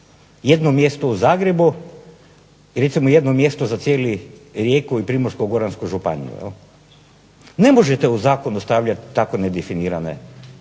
Jedno mjesto u Zagrebu i recimo jedno mjesto za cijelu Rijeku i Primorsko-goransku županiju. Ne možete u zakonu stavljati tako nedefinirane